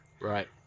right